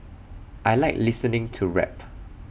I Like listening to rap